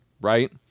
right